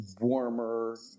warmer